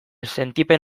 sentipen